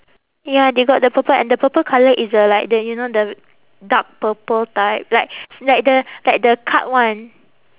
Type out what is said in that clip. ya they got the purple and the purple colour is a like the you know the dark purple type like like the like the card [one]